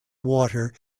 water